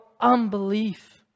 unbelief